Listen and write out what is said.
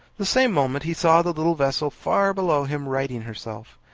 the same moment he saw the little vessel far below him righting herself.